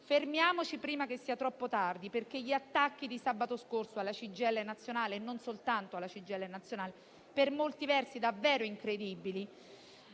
Fermiamoci prima che sia troppo tardi perché gli attacchi di sabato scorso alla CGIL nazionale, e non solo per molti versi davvero incredibili,